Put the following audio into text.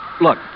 Look